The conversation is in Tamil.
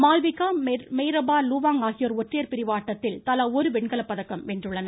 மால்விகா மெய்ரபா லூவாங் ஆகியோர் ஒற்றையர் பிரிவு ஆட்டத்தில் தலா ஒரு வெண்கலப் பதக்கம் வென்றுள்ளனர்